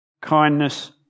kindness